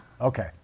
Okay